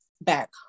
back